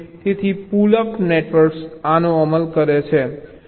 તેથી pull up networks આનો અમલ કરે છે